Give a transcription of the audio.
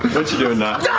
what you doing nott?